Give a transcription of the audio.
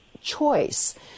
choice